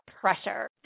pressure